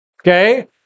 Okay